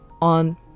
on